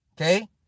Okay